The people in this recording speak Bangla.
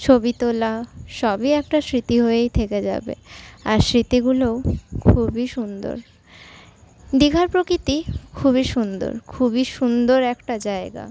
ছবি তোলা সবই একটা স্মৃতি হয়েই থেকে যাবে আর স্মৃতিগুলো খুবই সুন্দর দীঘার প্রকৃতি খুবই সুন্দর খুবই সুন্দর একটা জায়গা